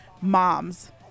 moms